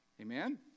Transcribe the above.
Amen